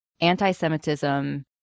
anti-Semitism